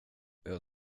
jag